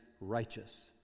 righteous